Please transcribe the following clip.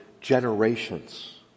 generations